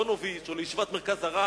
לישיבת "פוניבז'" או לישיבת "מרכז הרב".